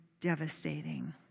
devastating